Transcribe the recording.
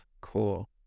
cool